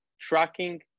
tracking